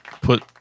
put